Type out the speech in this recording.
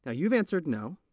ah you've answered no,